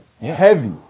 Heavy